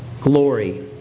Glory